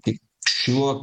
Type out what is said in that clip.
tik šiuo